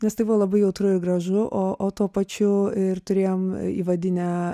nes tai buvo labai jautru ir gražu o o tuo pačiu ir turėjom įvadinę